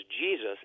Jesus